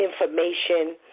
information